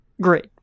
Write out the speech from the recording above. great